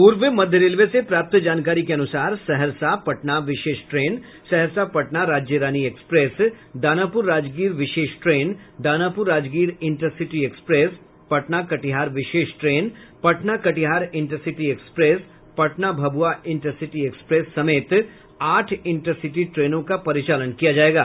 पूर्व मध्य रेलवे से प्राप्त जानकारी के अनुसार सहरसा पटना विशेष ट्रेन सहरसा पटना राज्यरानी एक्सप्रेस दानापुर राजगीर विशेष train Danapur Rajgir intercity express Patna Katihar विशेष train Patna Katihar intercity express Patna Bhabua intercity express समेत आठ इंटरसिटी ट्रेनों का परिचालन किया जायेगा